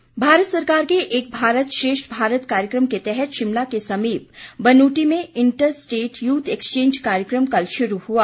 श्रेष्ठ भारत भारत सरकार के एक भारत श्रेष्ठ भारत कार्यक्रम के तहत शिमला के समीप बनूटी में इंटर स्टेट यूथ एक्सचेंज कार्यक्रम कल शुरू हुआ